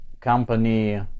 company